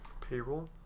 Payroll